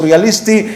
סוריאליסטי,